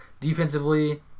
Defensively